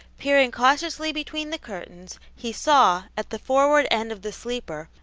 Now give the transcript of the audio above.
peering cautiously between the curtains, he saw, at the forward end of the sleeper,